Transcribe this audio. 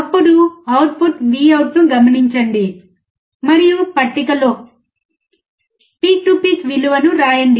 అప్పుడు output Vout ను గమనించండి మరియు పట్టికలో పీక్ టు పీక్ విలువను రాయండి